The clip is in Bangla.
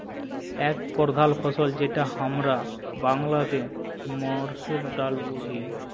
এক প্রধাল ফসল যেটা হামরা বাংলাতে মসুর ডালে বুঝি